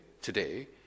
today